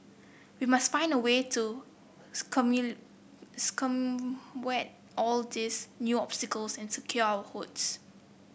we must find a way to all these new obstacles and secure our votes